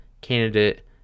candidate